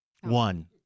One